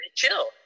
chill